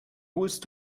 holst